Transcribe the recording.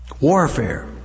Warfare